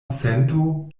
sento